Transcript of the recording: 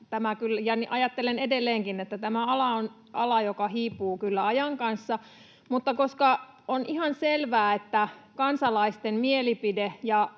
ajattelen edelleenkin — että tämä ala on ala, joka hiipuu kyllä ajan kanssa. Mutta koska on ihan selvää, että kansalaisten mielipide